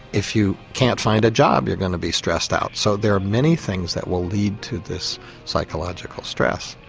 if you can't find a job you're going to be stressed out. so there are many things that will lead to this psychological stress.